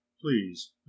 please